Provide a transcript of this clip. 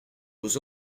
was